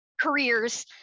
careers